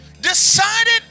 decided